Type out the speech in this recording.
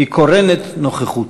היא קורנת נוכחות.